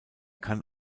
kann